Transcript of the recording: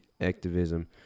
activism